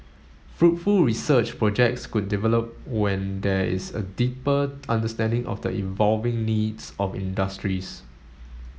fruitful research projects could develop when there is a deeper understanding of the evolving needs of industries